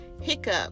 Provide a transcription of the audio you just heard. hiccup